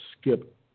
skip